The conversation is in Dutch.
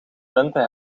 lente